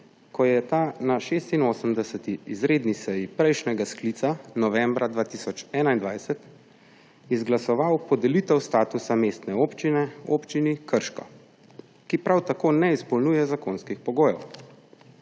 ko je ta na 86. izredni seji prejšnjega sklica novembra 2021 izglasoval podelitev statusa mestne občine Občini Krško, ki prav tako ne izpolnjuje zakonskih pogojev.